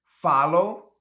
follow